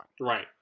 Right